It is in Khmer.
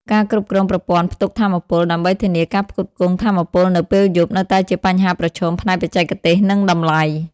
ការគ្រប់គ្រងប្រព័ន្ធផ្ទុកថាមពល ដើម្បីធានាការផ្គត់ផ្គង់ថាមពលនៅពេលយប់ នៅតែជាបញ្ហាប្រឈមផ្នែកបច្ចេកទេស និងតម្លៃ។